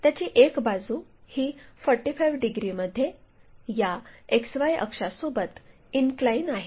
त्याची एक बाजू ही 45 डिग्रीमध्ये या XY अक्षासोबत इनक्लाइन आहे